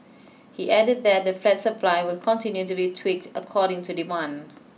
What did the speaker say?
he added that the flat supply will continue to be tweaked according to demand